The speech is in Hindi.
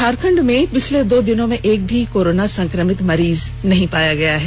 झारखंड में पिछले दो दिनों में एक भी कोरोना संक्रमित मरीज नहीं पाया गया है